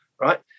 right